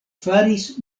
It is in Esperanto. faris